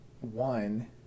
one